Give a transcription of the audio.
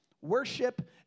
worship